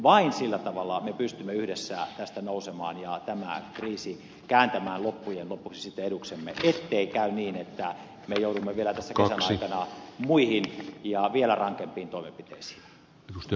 vain sillä tavalla me pystymme yhdessä tästä nousemaan ja tämän kriisin kääntämään loppujen lopuksi sitten eduksemme ettei käy niin että me joudumme vielä tässä kesän aikana muihin ja vielä rankempiin toimenpiteisiin